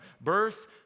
birth